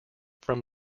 from